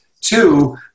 Two